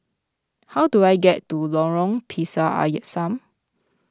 how do I get to Lorong Pisang Asam